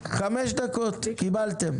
קיבלתם.